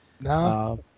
No